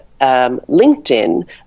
linkedin